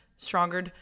Stronger